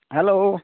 hello